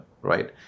right